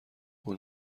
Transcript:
اون